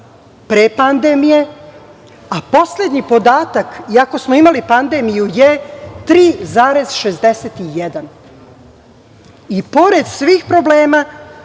pre pandemije, a poslednji podatak, iako smo imali pandemiju je 3,61% i pored svih problema,